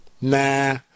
Nah